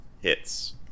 hits